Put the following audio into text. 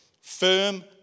firm